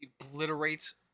obliterates